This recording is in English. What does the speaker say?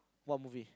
what movie